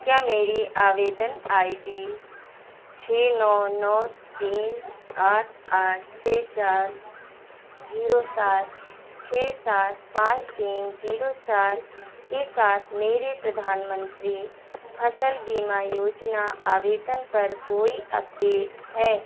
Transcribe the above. क्या मेरी आवेदन आई डी छह नौ नौ तीन आठ आठ छह चार ज़ीरो सात छह सात पाँच तीन ज़ीरो चार के साथ मेरे प्रधानमन्त्री फ़सल बीमा योजना आवेदन पर कोई अपडेट है